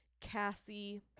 Cassie